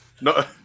No